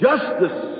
Justice